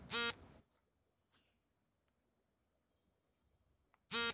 ರೈತರು ಬೆಳೆಯನ್ನು ಮಾರುಕಟ್ಟೆಗೆ ಹೋಗಿ ಮಾರುವಾಗ ಜಿ.ಎಸ್.ಟಿ ಶುಲ್ಕ ವಿಧಿಸುತ್ತಾರೆಯೇ?